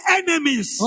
enemies